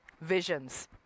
visions